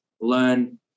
learn